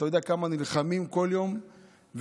אתה יודע כמה אנחנו נלחמים כל יום וכמה